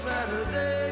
Saturday